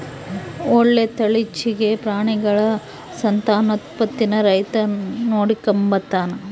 ಒಳ್ಳೆ ತಳೀಲಿಚ್ಚೆಗೆ ಪ್ರಾಣಿಗುಳ ಸಂತಾನೋತ್ಪತ್ತೀನ ರೈತ ನೋಡಿಕಂಬತಾನ